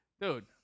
Dude